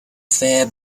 fair